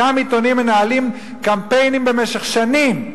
אותם עיתונים מנהלים קמפיינים במשך שנים,